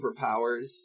superpowers